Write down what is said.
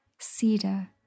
Cedar